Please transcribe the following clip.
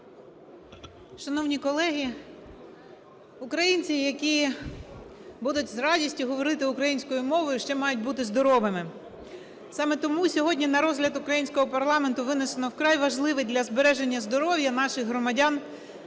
Шановні колеги, українці, які будуть з радістю говорити українською мовою, ще мають бути здоровими. Саме тому сьогодні на розгляд українського парламенту винесено вкрай важливий для збереження здоров'я наших громадян